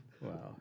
Wow